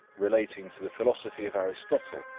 relating to the philosophy of aristotle,